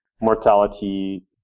mortality